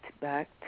back